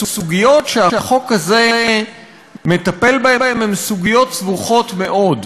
הסוגיות שהחוק הזה מטפל בהן הן סוגיות סבוכות מאוד.